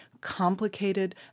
complicated